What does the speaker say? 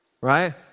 Right